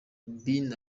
been